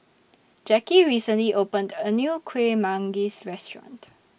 Jacki recently opened A New Kueh Manggis Restaurant